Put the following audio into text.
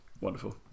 wonderful